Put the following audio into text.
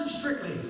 strictly